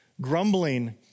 grumbling